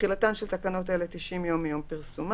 תחילתן של תקנות אלו 90 יום מיום פרסומן.